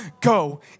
Go